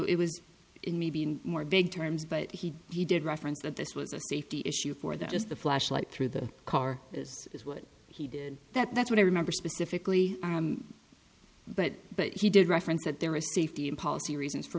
it was in maybe even more big terms but he did reference that this was a safety issue for that is the flashlight through the car this is what he did that that's what i remember specifically but but he did reference that there is safety in policy reasons for